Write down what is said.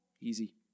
Easy